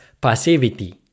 passivity